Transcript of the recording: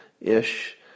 ish